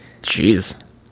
Jeez